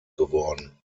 geworden